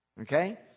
Okay